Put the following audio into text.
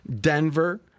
Denver